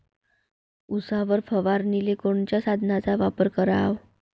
उसावर फवारनीले कोनच्या साधनाचा वापर कराव?